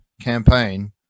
campaign